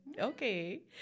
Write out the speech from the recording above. okay